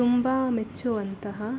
ತುಂಬ ಮೆಚ್ಚುವಂತಹ